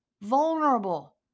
Vulnerable